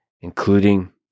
including